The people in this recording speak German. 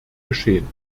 geschehen